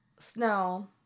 snow